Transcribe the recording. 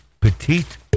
petite